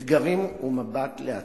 אתגרים ומבט לעתיד".